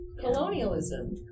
colonialism